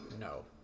No